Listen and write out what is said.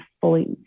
fully